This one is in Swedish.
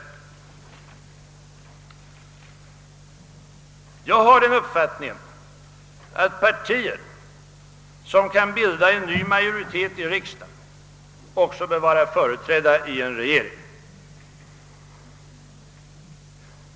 Jag har den uppfattningen, att partier som kan bilda en ny majoritet i riksdagen också bör vara företrädda i en regering.